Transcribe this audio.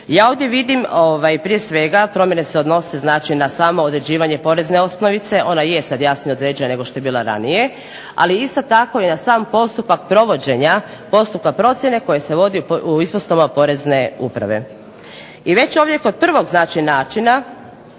Ja ovdje vidim prije svega, promjene se odnose znači na samo određivanje porezne osnovice, ona je sad jasnije određena nego što je bila ranije, ali isto tako i na sam postupak provođenja, postupak procjene koji se vodi u ispostavama porezne uprave. I već ovdje kod prvog znači